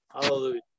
Hallelujah